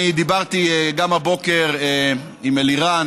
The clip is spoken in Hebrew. אני דיברתי גם הבוקר עם אלירן